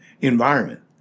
environment